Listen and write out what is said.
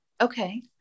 Okay